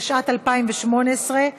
התשע"ט 2018,